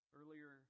earlier